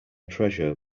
treasure